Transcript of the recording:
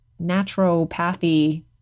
naturopathy